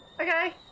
Okay